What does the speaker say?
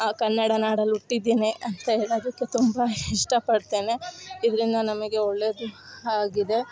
ಆ ಕನ್ನಡ ನಾಡಲ್ಲಿ ಹುಟ್ಟಿದ್ದೇನೆ ಅಂತ ಹೇಳೋದಕ್ಕೆ ತುಂಬ ಇಷ್ಟ ಪಡ್ತೇನೆ ಇದರಿಂದ ನಮಗೆ ಒಳ್ಳೇದು ಆಗಿದೆ